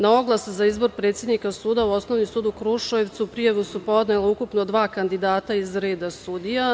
Na oglas za izbor predsednika suda u Osnovni sud u Kruševcu prijavu su podnela ukupno 2 kandidata iz reda sudija.